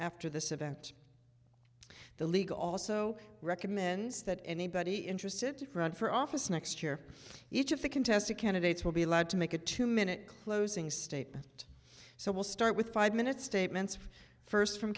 after this event the league also recommends that anybody interested to run for office next year each of the contested candidates will be allowed to make a two minute closing statement so we'll start with five minutes statements first from